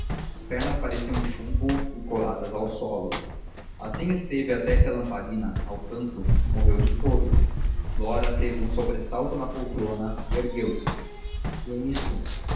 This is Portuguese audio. pernas pareciam de chumbo e coladas ao solo assim esteve até que a lamparina ao canto morreu de todo flora teve um sobressalto na poltrona e ergueu-se que é isto